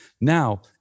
Now